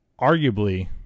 arguably